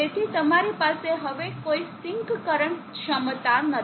તેથી તમારી પાસે હવે કોઈ સિંક કરંટ ક્ષમતા નથી